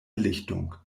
lichtung